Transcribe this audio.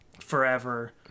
forever